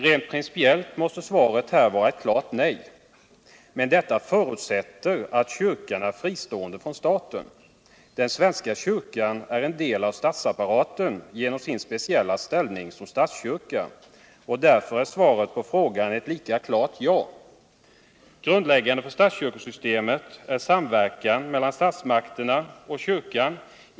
Rent principiellt måste svaret här vara ett klart nej. Men detta förutsätter att kyrkan är fristående från staten. Den svenska kyrkan är en del av statsapparaten genom sin speciella ställning som statskyrka, och därför är svaret på frågan ett lika klart ja. Grundläggande för statskyrkosystemet är samverkan mellan statsmakten och kyrkan.